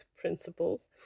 principles